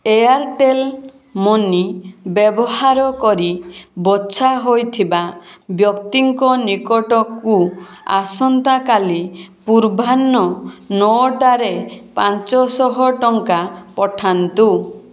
Airtel money ବ୍ୟବହାର କରି ବଛା ହୋଇଥିବା ବ୍ୟକ୍ତିଙ୍କ ନିକଟକୁ ଆସନ୍ତାକାଲି ପୂର୍ବାହ୍ନ ନଅଟାରେ ପାଞ୍ଚଶହ ଟଙ୍କା ପଠାନ୍ତୁ